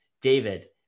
David